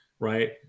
Right